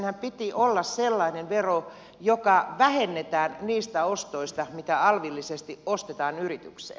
senhän piti olla sellainen vero joka vähennetään niistä ostoista mitä alvillisesti ostetaan yritykseen